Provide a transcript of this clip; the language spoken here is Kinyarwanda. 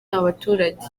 abaturage